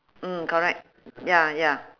mm correct ya ya